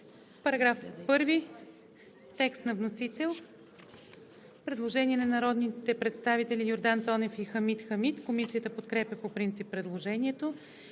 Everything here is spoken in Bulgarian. По § 1 има предложение на народните представители Йордан Цонев и Хамид Хамид. Комисията подкрепя по принцип предложението.